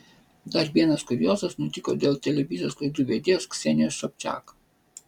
dar vienas kuriozas nutiko dėl televizijos laidų vedėjos ksenijos sobčiak